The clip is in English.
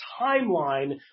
timeline